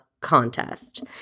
contest